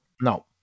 no